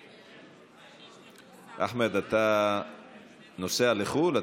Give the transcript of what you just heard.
אחמד, אתה נוסע לחו"ל?